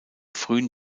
frühen